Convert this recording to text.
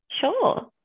Sure